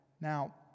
now